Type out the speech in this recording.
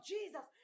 Jesus